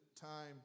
time